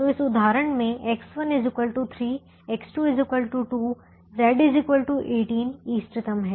तो इस उदाहरण में X1 3 X2 2 Z 18 इष्टतम है